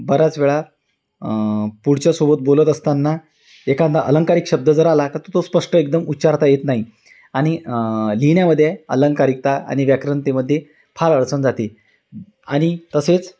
बऱ्याच वेळा पुढच्यासोबत बोलत असताना एखादा अलंंकारिक शब्द जर आला तर तो स्पष्ट एकदम उच्चारता येत नाही आणि लिहिण्यामध्ये अलंंकारिकता आणि व्याकरणतेमध्ये फार अडचण जाते आणि तसेच